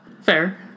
Fair